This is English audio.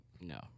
No